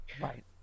Right